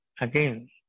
Again